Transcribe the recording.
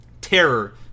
Terror